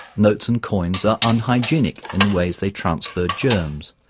notes and coins are unhygienic in the ways they transfer germs,